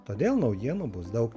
todėl naujienų bus daug